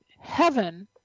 heaven